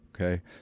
okay